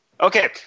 Okay